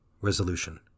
Resolution